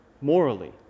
morally